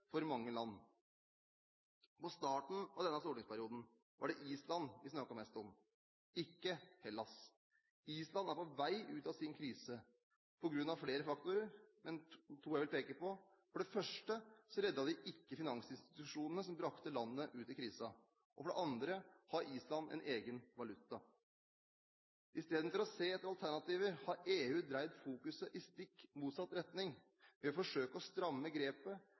for mange land. På starten av denne stortingsperioden var det Island vi snakket mest om – ikke Hellas. Island er på vei ut av sin krise på grunn av flere faktorer, men jeg vil peke på to: For det første reddet de ikke finansinstitusjonene som brakte landet ut i krisen, og for det andre har Island egen valuta. I stedet for å se etter alternativer har EU dreid fokuset i stikk motsatt retning, ved å forsøke å stramme grepet,